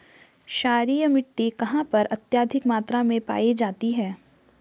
क्षारीय मिट्टी कहां पर अत्यधिक मात्रा में पाई जाती है?